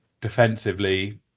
defensively